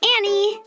Annie